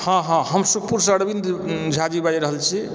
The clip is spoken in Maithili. हँ हँ हम सुखपुर से अरविन्द झा जी बाजि रहल छी